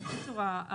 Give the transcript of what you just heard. בקיצור,